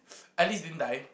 Alice didn't die